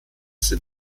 sind